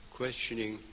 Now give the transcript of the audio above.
questioning